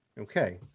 Okay